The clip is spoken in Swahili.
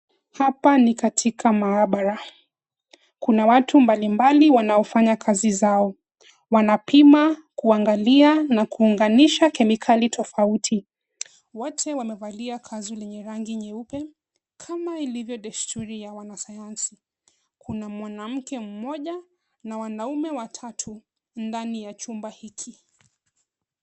Hapa ni katika maabara. Kuna watu mbalimbali wanaofanya kazi zao. Wanapima, kuangalia na kuunganisha kemikali tofauti. Wote wamevalia kanzu lenye rangi nyeupe kama ilivyo desturi ya wanasayansi. Kuna mwanamke mmoja na wanaume watatu ndani ya chumba hiki.